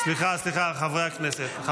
סליחה, חברי הכנסת.